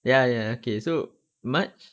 ya ya ya okay so march